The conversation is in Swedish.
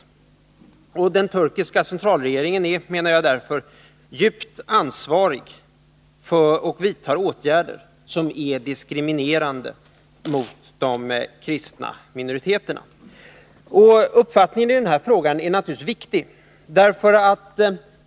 Den turkiska centralregeringen är, menar jag, därför djupt ansvarig och vidtar åtgärder som är diskriminerande mot de kristna minoriteterna. Uppfattningen i den här frågan är naturligtvis viktig.